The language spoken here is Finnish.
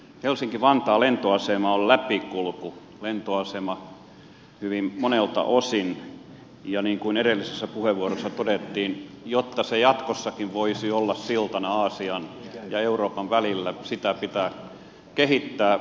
helsinki vantaan lentoasema on läpikulkulentoasema hyvin monelta osin ja niin kuin edellisessä puheenvuorossa todettiin jotta se jatkossakin voisi olla siltana aasian ja euroopan välillä sitä pitää kehittää